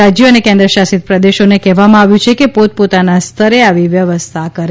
રાજ્યો અને કેન્દ્રશાસીત પ્રદેશોને કહેવામાં આવ્યું છેકે પોતપોતાના સ્તરે આવી વ્યવસ્થા કરે